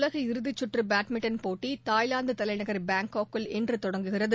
உலக இறுதிச்சுற்றுபேட்மிண்டன் போட்டிதாய்லாந்துதலைநகர் பாங்காக்கில் இன்றுதொடங்குகிறது